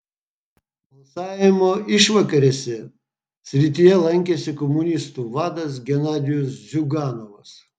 balsavimo išvakarėse srityje lankėsi komunistų vadas genadijus ziuganovas